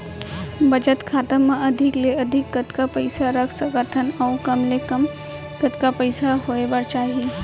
बचत खाता मा अधिक ले अधिक कतका पइसा रख सकथन अऊ कम ले कम कतका पइसा होय बर चाही?